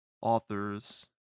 authors